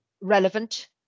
relevant